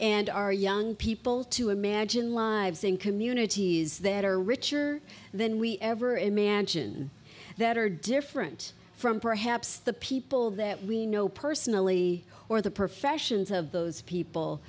and our young people to imagine lives in communities that are richer than we ever imagine that are different from perhaps the people that we know personally or the professions of those people